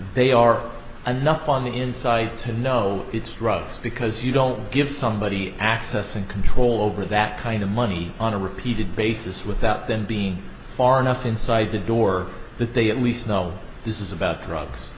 they are a nothing on the inside to know it's rough because you don't give somebody access and control over that kind of money on a repeated basis without them being far enough inside the door that they at least know this is about drugs